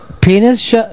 Penis